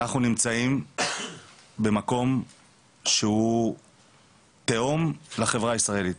אנחנו נמצאים במקום שהוא תהום לחברה הישראלית